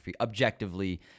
Objectively